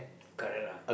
correct lah